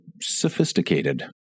sophisticated